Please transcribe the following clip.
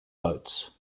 boats